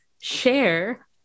share